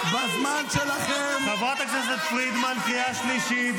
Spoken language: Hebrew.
--- חבר הכנסת פרידמן, קריאה שלישית.